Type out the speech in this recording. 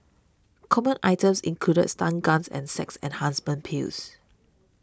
common items included stun guns and sex enhancement pills